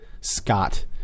Scott